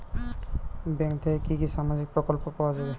Bank থেকে কি কি সামাজিক প্রকল্প পাওয়া যাবে?